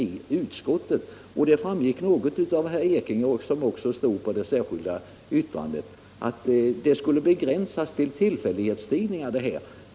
Herr Ekinge sade också något om — hans namn står också under det särskilda yttrandet — att bidraget skulle begränsas till tillfälliga tidningar.